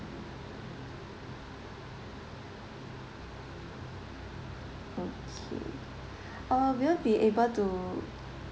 okay uh will you be able to